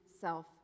self